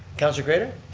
councillor craitor,